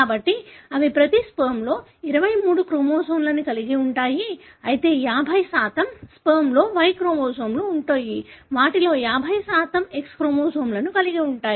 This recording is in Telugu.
కాబట్టి అవి ప్రతి స్పెర్మ్లో 23 క్రోమోజోమ్లను కలిగి ఉంటాయి అయితే 50 స్పెర్మ్లో Y క్రోమోజోమ్ ఉంటుంది వాటిలో 50 X క్రోమోజోమ్ను కలిగి ఉంటాయి